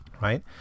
right